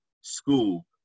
school